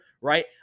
right